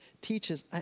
teaches